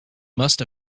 must